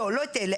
לא את אלה,